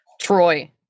Troy